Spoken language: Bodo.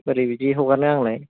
बोरै बिदि हगारनो आंलाय